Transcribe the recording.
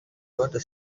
worth